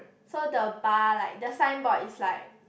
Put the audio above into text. so the bar like the signboard is like